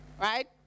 right